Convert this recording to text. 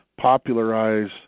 popularize